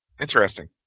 Interesting